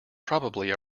probably